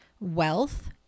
Wealth